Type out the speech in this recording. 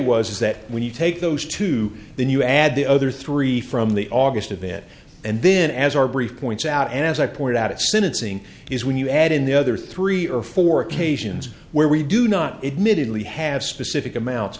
was that when you take those two then you add the other three from the august of it and then as our brief points out as i pointed out at sentencing is when you add in the other three or four occasions where we do not admittedly have specific amounts